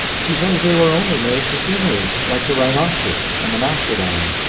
she says they were only made for scenery like the rhinoceros and the mastodon.